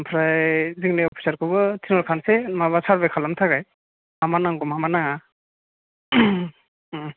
ओमफ्राय जोंनि अफिसार खौबो थिनहरखानोसै माबा सारभे खालामनो थाखाय मा मा नांगौ मा मा नाङा